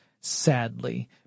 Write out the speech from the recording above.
sadly